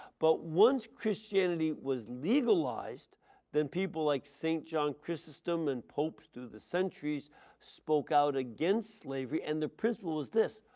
but once christianity was legalized then people like st. john chrysostom and the popes through the centuries spoke out against slavery and the principle was this,